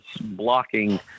blocking